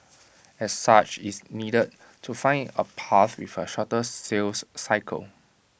as such IT needed to find A path with A shorter sales cycle